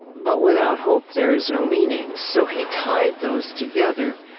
but without hope there is no meaning. so he tied those together.